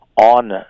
on